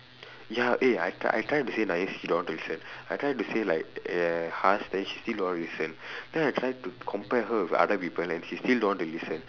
ya eh I try I try to say nice she don't want to listen I try to say like uh harsh then she still don't want to listen then I try to compare her with other people and she still don't want to listen